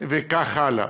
וכך הלאה.